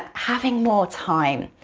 having more time.